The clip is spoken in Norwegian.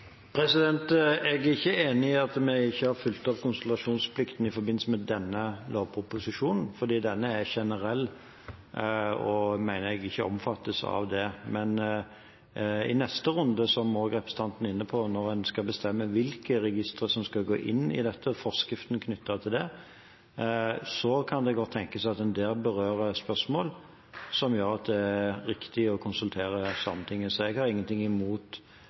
Jeg er ikke enig i at vi ikke har fulgt opp konsultasjonsplikten i forbindelse med denne lovproposisjonen, fordi denne er generell og – mener jeg – ikke omfattes av det. Men i neste runde, som også representanten var inne på, når en skal bestemme hvilke register som skal gå inn i dette, forskriften knyttet til det, så kan det godt tenkes at en der berører spørsmål som gjør at det er riktig å konsultere Sametinget. Jeg har ingenting imot